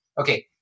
okay